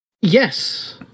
Yes